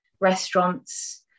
restaurants